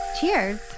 Cheers